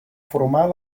formar